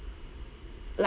like